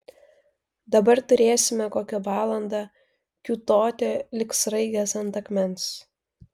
dabar turėsime kokią valandą kiūtoti lyg sraigės ant akmens